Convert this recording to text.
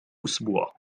أسبوع